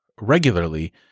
regularly